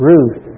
Ruth